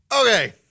Okay